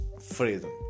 freedom